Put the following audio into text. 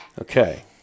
Okay